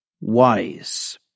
wise